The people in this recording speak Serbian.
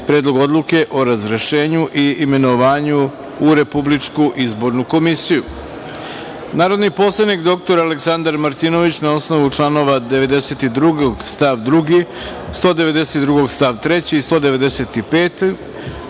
Predlog odluke o razrešenju i imenovanju u Republičku izbornu komisiju. Narodni poslanik dr Aleksandar Martinović, na osnovu članova 92. stav 2, 192. stav 3. i 195,